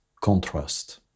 contrast